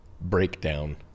breakdown